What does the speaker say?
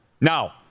Now